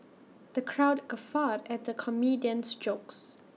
the crowd guffawed at the comedian's jokes